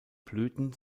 blüten